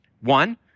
One